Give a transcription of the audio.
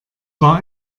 war